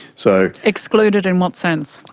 so exclude it in what sense?